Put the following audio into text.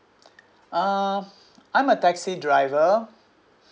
uh I'm a taxi driver